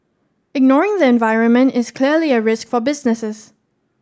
ignoring the environment is clearly a risk for businesses